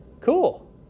Cool